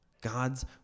God's